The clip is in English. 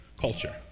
culture